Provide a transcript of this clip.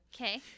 Okay